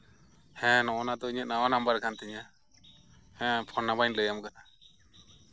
ᱦᱮᱸ ᱱᱚᱜᱼᱚ ᱱᱚᱣᱟ ᱛᱚ ᱤᱧᱟᱹᱜ ᱱᱟᱣᱟ ᱱᱟᱢᱵᱟᱨ ᱠᱟᱱ ᱛᱤᱧᱟᱹ ᱦᱮᱸ ᱯᱷᱳᱱ ᱱᱟᱢᱵᱟᱨᱤᱧ ᱞᱟᱹᱭᱟᱢ ᱠᱟᱱᱟ